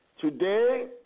today